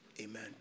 amen